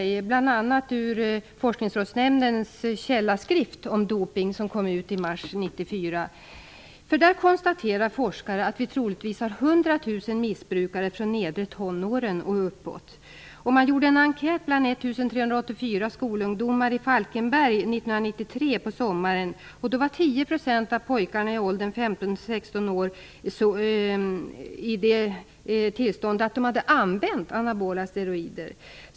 Jag har bl.a. läst Forskningsrådsnämndens skrift Källa/43 om dopning, som kom ut i mars 1994. Där konstaterar forskare att vi troligtvis har 100 000 missbrukare från nedre tonåren och uppåt. Man gjorde en enkät bland 1 384 skolungdomar i Falkenberg på sommaren 1993. Då angav 10 % av pojkarna i åren 15-16 år att de hade använt anabola steroider.